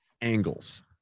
angles